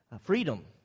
freedom